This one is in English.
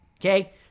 Okay